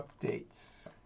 updates